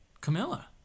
Camilla